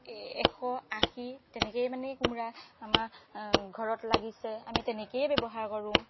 এশ আশী তেনেকেই মানে কোমোৰা আমাৰ ঘৰত লাগিছে আমি তেনেকেই ব্যৱহাৰ কৰোঁ